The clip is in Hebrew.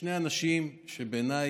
לשני אנשים שבעיניי